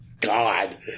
God